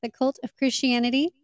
thecultofchristianity